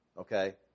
okay